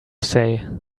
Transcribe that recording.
say